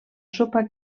sopa